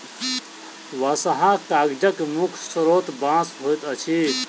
बँसहा कागजक मुख्य स्रोत बाँस होइत अछि